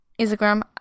Instagram